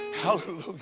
Hallelujah